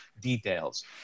details